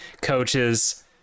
coaches